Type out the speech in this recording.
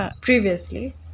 Previously